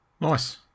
Nice